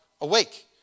awake